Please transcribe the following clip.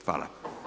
Hvala.